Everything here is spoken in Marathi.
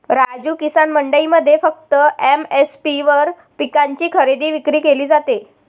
राजू, किसान मंडईमध्ये फक्त एम.एस.पी वर पिकांची खरेदी विक्री केली जाते